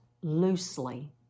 Loosely